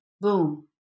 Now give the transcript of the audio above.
Boom